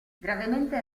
gravemente